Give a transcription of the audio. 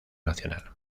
nacional